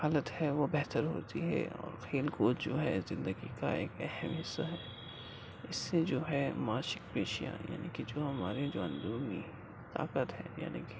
حالت ہے وہ بہتر ہوتی ہے اور کھیل کود جو ہے زندگی کا ایک اہم حصہ ہے اس سے جو ہے مانسک پیشیاں یعنی کہ جو ہمارے جو اندرونی طاقت ہے یعنی کہ